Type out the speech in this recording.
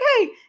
okay